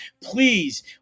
Please